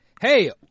Hey